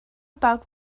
about